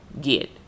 get